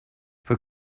for